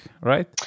right